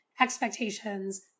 expectations